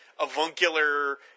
avuncular